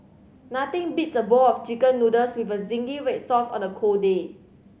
nothing beats a bowl of Chicken Noodles with zingy red sauce on a cold day